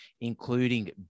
including